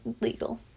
legal